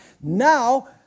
now